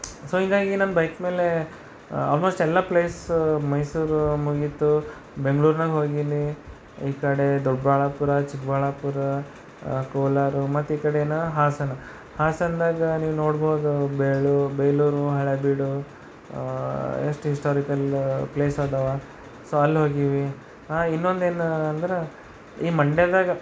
so ಹೀಗಾಗಿ ನನ್ನ bike ಮೇಲೆ ಆಲ್ಮೋಸ್ಟ್ ಎಲ್ಲ ಪ್ಲೇಸ್ ಮೈಸೂರು ಮುಗೀತು ಬೆಂಗಳೂರಿನಾಗೆ ಹೋಗೀನಿ ಈ ಕಡೆ ದೊಡ್ಡಬಳ್ಳಾಪುರ ಚಿಕ್ಕಬಳ್ಳಾಪುರ ಕೋಲಾರ ಮತ್ತೆ ಈ ಕಡೆ ಏನು ಹಾಸನ ಹಾಸನದಾಗ ನೀವು ನೋಡ್ಬೋದು ಬೇಲೂರು ಬೇಲೂರು ಹಳೆಬೀಡು ಎಷ್ಟು ಇಶ್ಟಾರಿಕಲ್ ಪ್ಲೇಸ್ ಅದಾವ ಸೊ ಅಲ್ಲಿ ಹೋಗೀವಿ ಹಾಂ ಇನ್ನೊಂದು ಏನು ಅಂದ್ರೆ ಈ ಮಂಡ್ಯದಾಗ